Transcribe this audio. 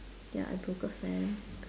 ya I broke a fan